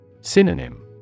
Synonym